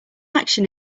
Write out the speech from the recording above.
action